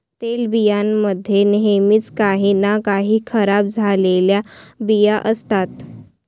तेलबियां मध्ये नेहमीच काही ना काही खराब झालेले बिया असतात